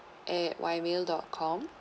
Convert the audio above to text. at Y mail dot com